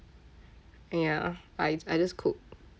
ya I I just cook